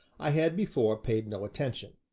i had before paid no attention.